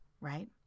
right